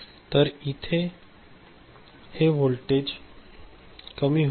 तर इथे हे व्होल्टेज येथे कमी होईल